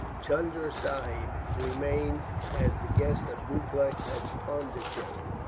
chunda sahib remained, as the guest of dupleix, at pondicherry.